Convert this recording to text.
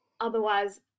otherwise